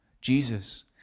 Jesus